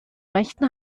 rechten